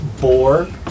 bore